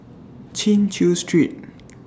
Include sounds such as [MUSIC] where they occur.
Chin Chew Street [NOISE]